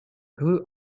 who